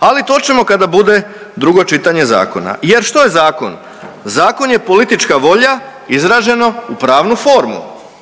Ali to ćemo kada bude drugo čitanje zakona. Jer što je zakon? Zakon je politička volja izraženo u pravnu formu.